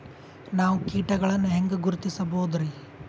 ನಾವು ಕೀಟಗಳನ್ನು ಹೆಂಗ ಗುರುತಿಸಬೋದರಿ?